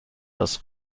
das